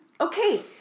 Okay